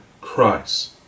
Christ